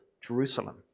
Jerusalem